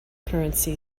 currency